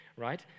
right